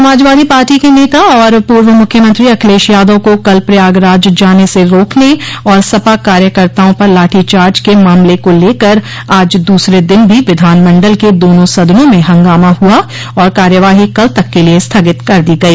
समाजवादी पार्टी के नेता और पूर्व मुख्यमंत्री अखिलेश यादव को कल प्रयागराज जाने से रोकने और सपा कार्यकर्ताओं पर लाठी चार्ज के मामले को लेकर आज दूसरे दिन भी विधानमंडल के दोनों सदनों में हंगामा हुआ और कार्यवाही कल तक के लिये स्थगित कर दी गई